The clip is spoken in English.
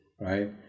right